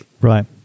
Right